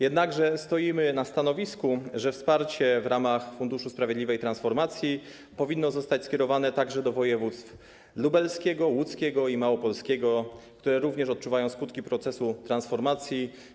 Jednakże stoimy na stanowisku, że wsparcie w ramach Funduszu Sprawiedliwej Transformacji powinno zostać skierowane także do województw: lubelskiego, łódzkiego i małopolskiego, które również odczuwają skutki procesu transformacji.